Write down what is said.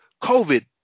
COVID